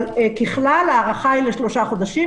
אבל ככלל ההארכה היא לשלושה חודשים,